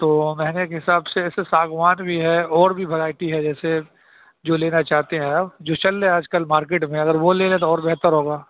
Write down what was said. تو مہنگے کے حساب سے ایسے ساگوان بھی ہے اور بھی ورائٹی ہے جیسے جو لینا چاہتے ہیں آپ جو چل رہے ہے آج کل مارکیٹ میں اگر وہ لے لیں تو اور بہتر ہوگا